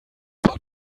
hat